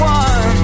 one